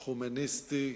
חומייניסטי,